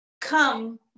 come